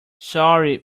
sorry